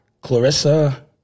Clarissa